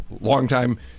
longtime